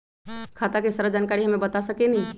खाता के सारा जानकारी हमे बता सकेनी?